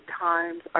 times